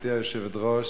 גברתי היושבת-ראש,